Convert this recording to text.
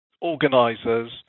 organizers